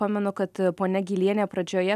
pamenu kad ponia gylienė pradžioje